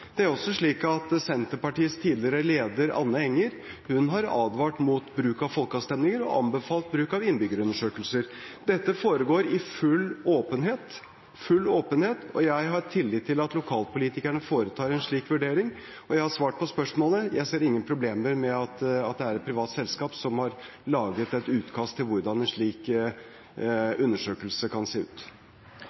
Senterpartiets tidligere leder, Anne Enger, har advart mot bruk av folkeavstemninger og anbefalt bruk av innbyggerundersøkelser. Dette foregår i full åpenhet – full åpenhet – og jeg har tillit til at lokalpolitikerne foretar en slik vurdering. Jeg har svart på spørsmålet: Jeg ser ingen problemer med at det er et privat selskap som har laget et utkast til hvordan en slik undersøkelse kan se ut.